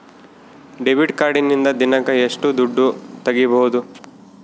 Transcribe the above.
Debit ಕಾರ್ಡಿನಿಂದ ದಿನಕ್ಕ ಎಷ್ಟು ದುಡ್ಡು ತಗಿಬಹುದು?